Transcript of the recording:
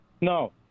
No